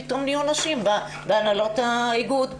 פתאום נהיו נשים בהנהלות האיגוד.